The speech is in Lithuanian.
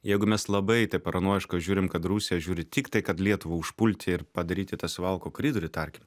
jeigu mes labai taip paranojiškai žiūrim kad rusija žiūri tiktai kad lietuvą užpulti ir padaryti tą suvalkų koridorių tarkim